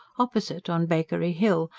opposite, on bakery hill,